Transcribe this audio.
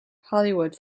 hollywood